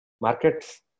markets